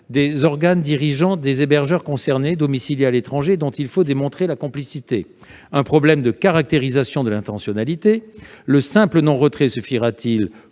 des organes dirigeants des hébergeurs concernés, domiciliés à l'étranger, dont il faut démontrer la complicité ? Un autre problème se pose, de caractérisation de l'intentionnalité : le simple non-retrait suffira-t-il,